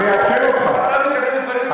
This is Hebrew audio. אתה מקדם דברים טובים.